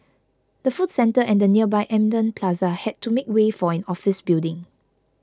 the food centre and the nearby Eminent Plaza had to make way for an office building